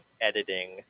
editing